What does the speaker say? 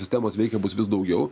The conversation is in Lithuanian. sistemos veikia bus vis daugiau